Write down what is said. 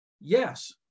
Yes